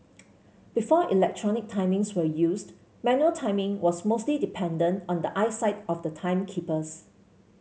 before electronic timings were used manual timing was mostly dependent on the eyesight of the timekeepers